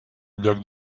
lloc